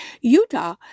Utah